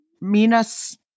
Minas